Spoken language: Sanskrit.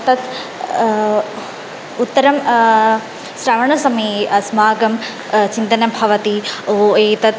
तत् उत्तरं श्रवणसमये अस्माकं चिन्तनं भवति ओ एतत्